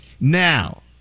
Now